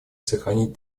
сохранить